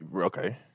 Okay